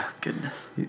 Goodness